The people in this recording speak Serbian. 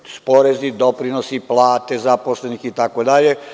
To su porezi, doprinosi, plate zaposlenima, itd.